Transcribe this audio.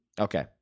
Okay